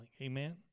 Amen